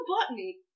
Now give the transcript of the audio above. botany